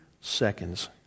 seconds